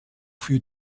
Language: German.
für